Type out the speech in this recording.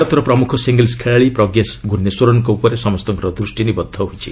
ଭାରତର ପ୍ରମୁଖ ସିଙ୍ଗଲ୍ସ ଖେଳାଳୀ ପ୍ରଜ୍ଞେଶ ଗୁନ୍ନେଶ୍ୱରସ୍ଙ୍କ ଉପରେ ସମସ୍ତଙ୍କ ଦୂଷ୍ଟି ନିବଦ୍ଧ ହୋଇଛି